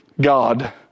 God